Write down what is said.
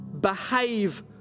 behave